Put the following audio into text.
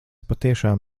patiešām